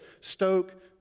stoke